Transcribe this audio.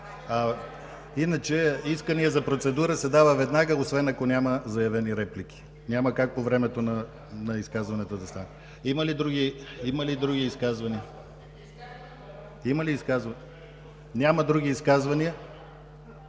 Иначе искане за процедура се дава веднага, освен ако няма заявени реплики. Няма как по времето на изказването да стане. Има ли други изказвания? Няма други изказвания.